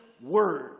Word